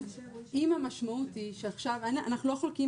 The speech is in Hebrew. אם המשמעות היא שעכשיו אנחנו לא חולקים,